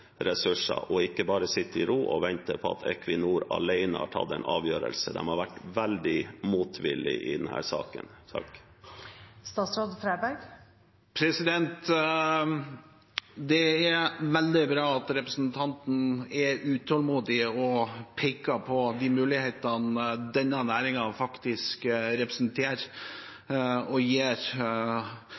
ressurser, og ikke bare sitte i ro og vente til Equinor alene har tatt en avgjørelse. De har vært veldig motvillige i denne saken. Det er veldig bra at representanten er utålmodig og peker på de mulighetene denne næringen faktisk representerer og gir.